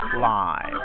live